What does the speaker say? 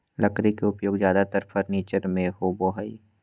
लकड़ी के उपयोग ज्यादेतर फर्नीचर में होबो हइ